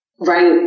Right